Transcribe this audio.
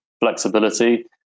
flexibility